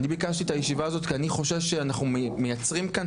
אני ביקשתי את הישיבה הזאת כי אני חושש שאנחנו מייצרים כאן,